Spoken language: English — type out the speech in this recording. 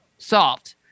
solved